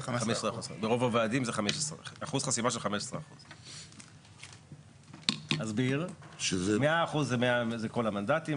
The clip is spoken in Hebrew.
ברוב הוועדים זה אחוז חסימה של 15%. 100% זה כל המנדטים,